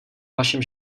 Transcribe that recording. vašem